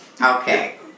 Okay